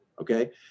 Okay